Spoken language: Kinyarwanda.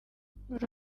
buri